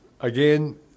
Again